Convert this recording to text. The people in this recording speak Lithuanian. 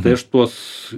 tai aš tuos